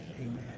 amen